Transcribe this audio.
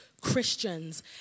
Christians